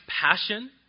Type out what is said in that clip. Passion